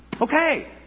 Okay